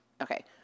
Okay